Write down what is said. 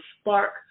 spark